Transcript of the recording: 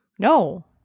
No